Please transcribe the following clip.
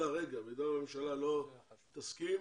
הממשלה לא תסכים,